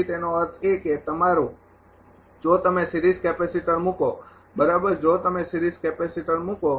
તેથી તેનો અર્થ એ કે તમારું જો તમે સિરીઝ કેપેસિટર મૂકો બરાબર જો તમે સીરીઝ કેપેસિટર મૂકો